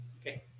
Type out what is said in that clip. Okay